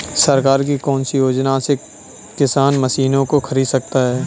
सरकार की कौन सी योजना से किसान मशीनों को खरीद सकता है?